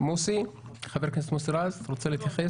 חבר הכנסת רז, רוצה להתייחס?